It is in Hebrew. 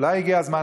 אולי הגיע הזמן,